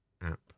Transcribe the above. app